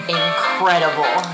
incredible